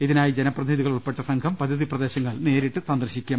ഇതിനായി ജനപ്രതിനിധികളുൾപ്പെട്ട സംഘം പദ്ധതി പ്രദേശങ്ങൾ നേരിട്ട് സന്ദർശിക്കും